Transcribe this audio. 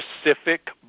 specific